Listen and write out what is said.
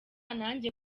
nanjye